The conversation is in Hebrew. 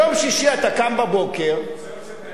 יום שישי אתה קם בבוקר, רוצה לצאת העירה.